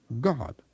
God